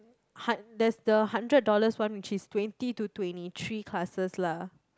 hun~ there's the hundred dollars one which is twenty to twenty three classes lah